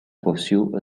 pursue